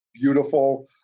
beautiful